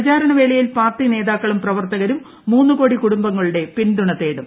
പ്രചാരണവേളയിൽ party നേതാക്കളും പ്രവർത്തകരും മൂന്ന് കോടി കുടുംബങ്ങളുടെ പിന്തുണ തേടും